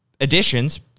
additions